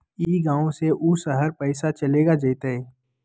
ई गांव से ऊ शहर पैसा चलेगा जयते?